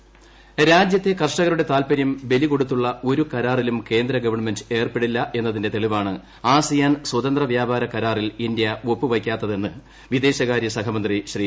മുരളീധരൻ രാജ്യത്തെ കർഷകരുടെ താൽപ്പര്യം ബലികൊടുത്തുള്ള ഒരു കരാറിലും കേന്ദ്ര ഗവൺമെന്റ് ഏർപ്പെടില്ലെന്നതിന്റെ തെളിവാണ് ആസിയാൻ സ്വതന്ത്ര വ്യാപാര കരാറിൽ ഇന്ത്യഒപ്പ് വെയ്ക്കാത്തതെന്ന് വിദേശകാര്യ സഹമന്ത്രി ശ്രീ